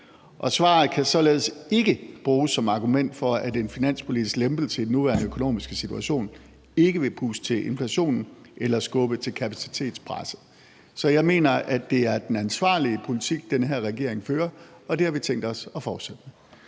Og svaret kan således ikke bruges som argument for, at en finanspolitisk lempelse i den nuværende økonomiske situation ikke vil puste til inflationen eller skubbe til kapacitetspresset. Så jeg mener, at det er den ansvarlige politik, den her regering fører, og det har vi tænkt os at fortsætte